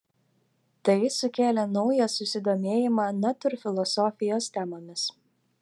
tai sukėlė naują susidomėjimą natūrfilosofijos temomis